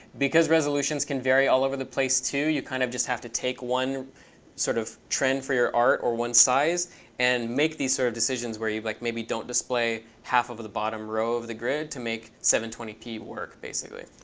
because resolutions can vary all over the place, too. you kind of just have to take one sort of trend for your art or one size and make these sort of decisions where you like maybe don't display half of the bottom row of the grid to make seven hundred and twenty p work, basically.